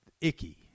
icky